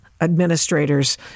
administrators